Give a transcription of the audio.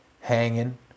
hanging